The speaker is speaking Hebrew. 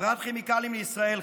חברת כימיקלים לישראל,